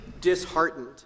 disheartened